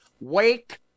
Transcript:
Wake